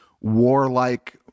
warlike